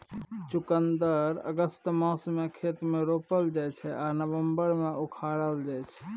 चुकंदर अगस्त मासमे खेत मे रोपल जाइ छै आ नबंबर मे उखारल जाइ छै